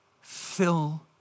fill